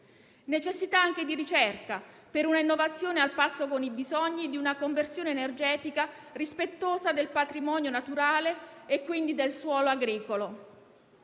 necessità di ricerca per un'innovazione al passo con i bisogni e per una conversione energetica rispettosa del patrimonio naturale e quindi del suolo agricolo.